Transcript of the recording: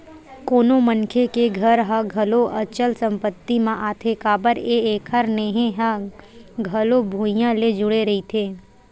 कोनो मनखे के घर ह घलो अचल संपत्ति म आथे काबर के एखर नेहे ह घलो भुइँया ले जुड़े रहिथे